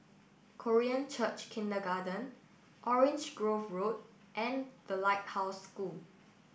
Korean Church Kindergarten Orange Grove Road and The Lighthouse School